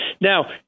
Now